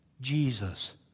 Jesus